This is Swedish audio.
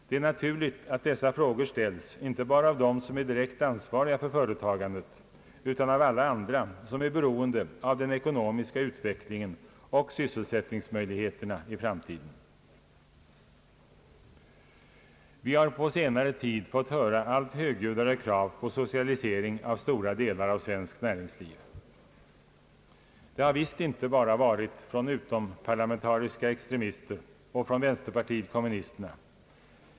Det är naturligt att dessa frågor ställs inte bara av dem som är direkt ansvariga för företagandet utan av alla andra som är beroende av den ekonomiska utvecklingen och sysselsättningsmöjligheterna i framtiden. Vi har på senare tid fått höra allt högljuddare krav på socialisering av stora delar av vårt näringsliv. Det har visst inte bara varit från utomparlamentariska extremister och från vänsterpartiet kommunisterna.